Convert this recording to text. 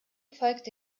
folgte